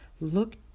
look